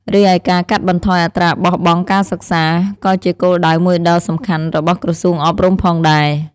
រីឯការកាត់បន្ថយអត្រាបោះបង់ការសិក្សា ក៏ជាគោលដៅមួយដ៏សំខាន់របស់ក្រសួងអប់រំផងដែរ។